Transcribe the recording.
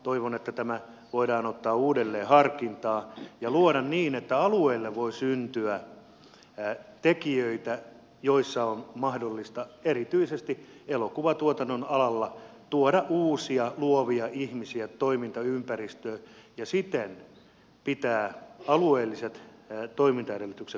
toivon että tämä voidaan ottaa uudelleen harkintaan ja toimia niin että alueille voi syntyä tekijöitä joiden avulla on mahdollista erityisesti elokuvatuotannon alalla tuoda uusia luovia ihmisiä toimintaympäristöön ja siten pitää alueelliset toimintaedellytykset kunnossa